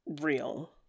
real